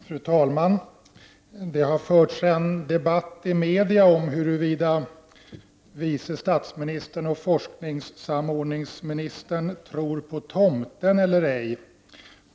Fru talman! Det har förts en debatt i media om huruvida vice statsministern och forskningssamordningsministern tror på tomten eller ej.